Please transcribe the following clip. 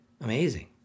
amazing